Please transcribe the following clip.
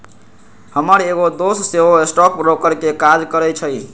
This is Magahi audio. हमर एगो दोस सेहो स्टॉक ब्रोकर के काज करइ छइ